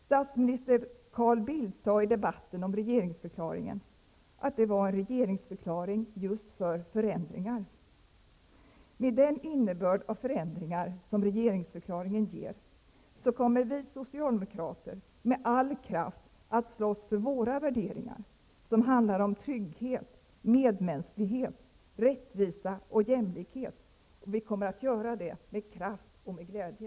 Statsminister Carl Bildt sade i debatten om regeringsförklaringen att det var en regeringsförklaring just för förändringar. Med den innebörd av förändringar som regeringsförklaringen ger, kommer vi socialdemokrater med all kraft att slåss för våra värderingar, som handlar om trygghet, medmänsklighet, rättvisa och jämlikhet, och vi kommer att göra det med kraft och glädje.